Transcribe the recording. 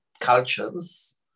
cultures